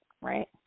Right